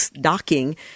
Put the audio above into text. docking